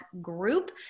group